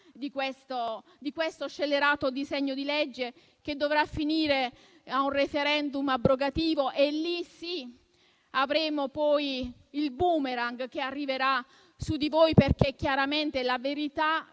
di questo scellerato disegno di legge che dovrà finire con un *referendum* abrogativo. Questo sì sarà il *boomerang* che arriverà su di voi perché chiaramente la verità